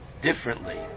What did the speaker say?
differently